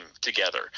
together